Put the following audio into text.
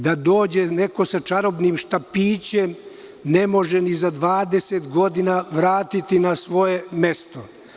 Da dođe neko sa čarobnim štapićem, ne može ni za 20 godina vratiti na svoje mesto.